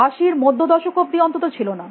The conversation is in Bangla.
80 র মধ্য দশক অবধি অন্তত ছিল না